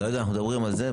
כרגע אנחנו מדברים על זה.